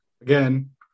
Again